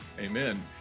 Amen